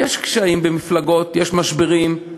יש קשיים במפלגות, יש משברים.